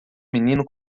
menino